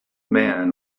man